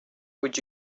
would